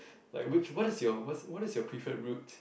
like which what is your what's what is your preferred route